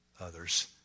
others